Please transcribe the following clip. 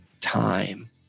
time